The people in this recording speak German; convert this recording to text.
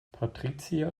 patricia